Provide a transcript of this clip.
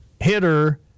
hitter